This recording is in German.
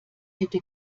hätte